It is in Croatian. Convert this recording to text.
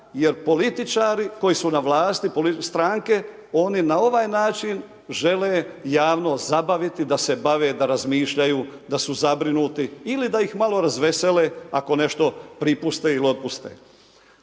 jer političari koji su na vlasti, stranke, oni na ovaj način žele javnost zabaviti da se bave, da razmišljaju, da su zabrinuti ili da ih malo razvesele ako nešto pripuste ili otpuste.